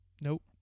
Nope